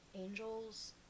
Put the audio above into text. angels